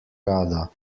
rada